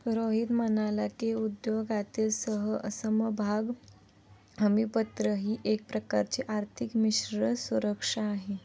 रोहित म्हणाला की, उद्योगातील समभाग हमीपत्र ही एक प्रकारची आर्थिक मिश्र सुरक्षा आहे